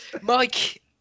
Mike